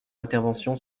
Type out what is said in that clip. intervention